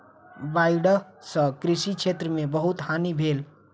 बाइढ़ सॅ कृषि क्षेत्र में बहुत हानि भेल